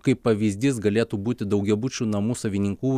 kaip pavyzdys galėtų būti daugiabučių namų savininkų